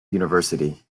university